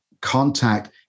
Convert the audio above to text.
contact